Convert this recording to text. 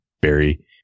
Barry